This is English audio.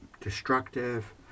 destructive